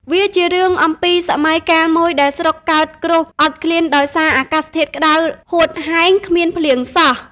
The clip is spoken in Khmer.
វាជារឿង អំពីសម័យកាលមួយដែលស្រុកកើតគ្រោះអត់ឃ្លានដោយសារអាកាសធាតុក្តៅ ហូតហែងគ្មានភ្លៀងសោះ ។